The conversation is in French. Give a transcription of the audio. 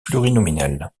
plurinominal